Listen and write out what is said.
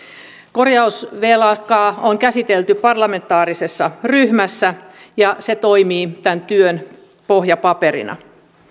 kor jausvelkaa on käsitelty parlamentaarisessa ryhmässä ja se toimii tämän työn pohjapaperina